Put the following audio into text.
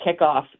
kickoff